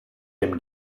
dem